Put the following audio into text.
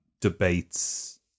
debates